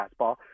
fastball